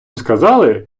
сказали